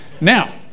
Now